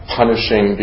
punishing